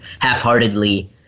half-heartedly